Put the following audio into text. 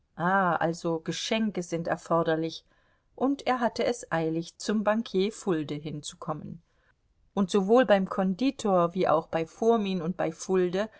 also geschenke sind erforderlich und er hatte es eilig zum bankier fulde hinzukommen und sowohl beim konditor wie auch bei fomin und bei fulde